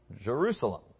Jerusalem